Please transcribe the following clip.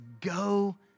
go